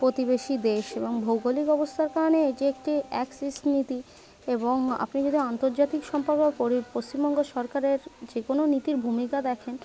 প্রতিবেশী দেশ এবং ভৌগোলিক অবস্থার কারণে এটি একটি অ্যাক্সিস নীতি এবং আপনি যদি আন্তর্জাতিক সম্পর্কে পশ্চিমবঙ্গ সরকারের যে কোনো নীতির ভূমিকা দেখেন